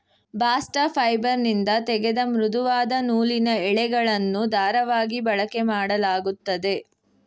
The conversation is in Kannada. ಬಾಸ್ಟ ಫೈಬರ್ನಿಂದ ತೆಗೆದ ಮೃದುವಾದ ನೂಲಿನ ಎಳೆಗಳನ್ನು ದಾರವಾಗಿ ಬಳಕೆಮಾಡಲಾಗುತ್ತದೆ